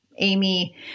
Amy